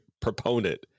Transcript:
proponent